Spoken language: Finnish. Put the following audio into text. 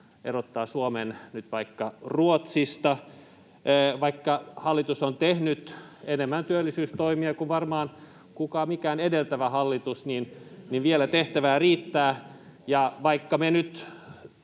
erottaa Suomen nyt vaikka Ruotsista. Vaikka hallitus on tehnyt työllisyystoimia varmaan enemmän kuin mikään edeltävä hallitus, niin vielä riittää tehtävää, ja vaikka me nyt